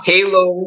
Halo